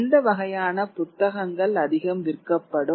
எந்த வகையான புத்தகங்கள் அதிகம் விற்கப்படும்